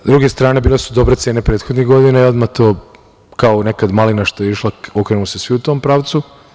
S druge strane, bile su dobre cene prethodnih godina i odmah to, kao nekad malina što je išla, okrenuli se svi u tom pravcu.